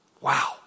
Wow